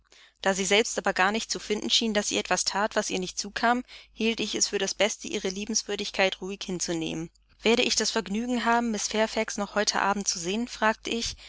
da sie selbst aber garnicht zu finden schien daß sie etwas that was ihr nicht zukam hielt ich es für das beste ihre liebenswürdigkeit ruhig hinzunehmen werde ich das vergnügen haben miß fairfax noch heute abend zu sehen fragte ich